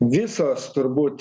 visos turbūt